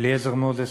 אליעזר מוזס,